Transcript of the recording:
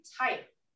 type